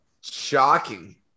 shocking